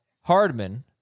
hardman